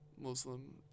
Muslim